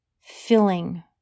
filling